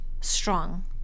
strong